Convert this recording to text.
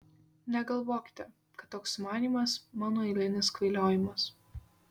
negalvokite kad toks sumanymas mano eilinis kvailiojimas